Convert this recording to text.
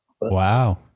wow